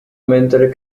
mentre